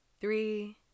three